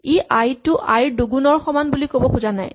ই I টো I ৰ দুগুণৰ সমান বুলি বুজাব খোজা নাই